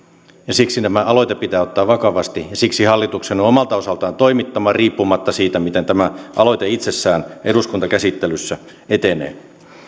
siksi tämä aloite pitää ottaa vakavasti ja siksi hallituksen on omalta osaltaan toimittava riippumatta siitä miten tämä aloite itsessään eduskuntakäsittelyssä etenee